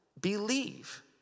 believe